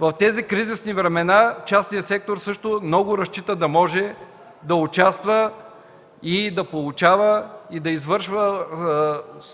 в тези кризисни времена частният сектор също много разчита да може да участва и да получава, да извършва услуги